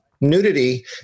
nudity